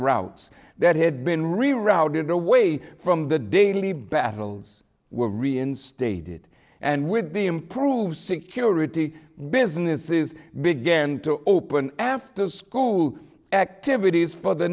routes that had been rerouted away from the daily battles were reinstated and with the improve security business is began to open after school activities for the